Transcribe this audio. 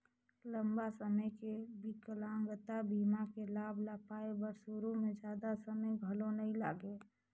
लंबा समे के बिकलांगता बीमा के लाभ ल पाए बर सुरू में जादा समें घलो नइ लागे